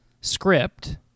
script